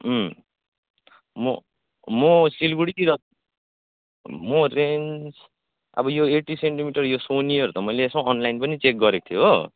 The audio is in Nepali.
म म सिलगढीतिर म चाहिँ अब यो एटिन सेन्टिमिटर यो सोनीहरू त मैले यसो अनलाइन पनि चेक गरेको थिएँ हो